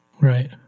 Right